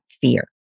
fear